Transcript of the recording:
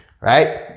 right